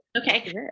Okay